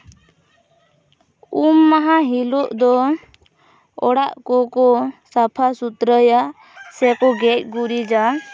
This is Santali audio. ᱩᱢ ᱢᱟᱦᱟ ᱦᱤᱞᱳᱜ ᱫᱚ ᱚᱲᱟᱜ ᱠᱚᱠᱚ ᱥᱟᱯᱷᱟ ᱥᱩᱛᱨᱟᱹᱭᱟ ᱥᱮᱠᱚ ᱜᱮᱡ ᱜᱩᱨᱤᱡᱟ